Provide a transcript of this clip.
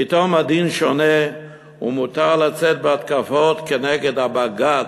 פתאום הדין שונה ומותר לצאת בהתקפות כנגד הבג"ץ.